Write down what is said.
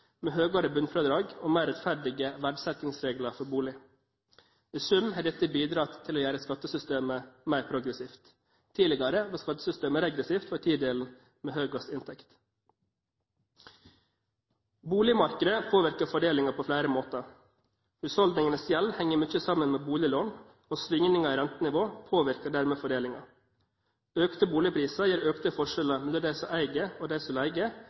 med høyere bunnfradrag og mer rettferdige verdsettingsregler for bolig. I sum har dette bidratt til å gjøre skattesystemet mer progressivt. Tidligere var skattesystemet regressivt for tidelen med høyest inntekt. Boligmarkedet påvirker fordelingen på flere måter. Husholdningenes gjeld henger mye sammen med boliglån, og svingninger i rentenivå påvirker dermed fordelingen. Økte boligpriser gir økte forskjeller mellom dem som eier og dem som